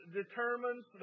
determines